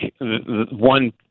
one